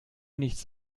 nichts